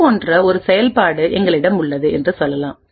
இது போன்ற ஒரு செயல்பாடு எங்களிடம் உள்ளது என்று சொல்லலாம்